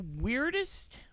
weirdest